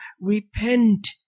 Repent